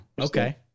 Okay